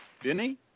Vinny